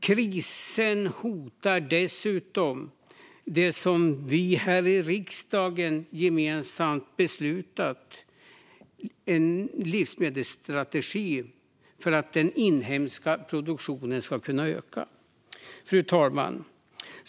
Krisen hotar dessutom det som vi här i riksdagen gemensamt beslutat i livsmedelsstrategin, nämligen att vår inhemska produktion ska öka. Fru talman!